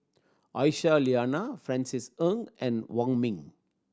Aisyah Lyana Francis Ng and Wong Ming